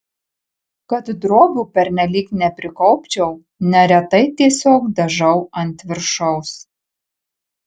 kad drobių pernelyg neprikaupčiau neretai tiesiog dažau ant viršaus